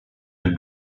your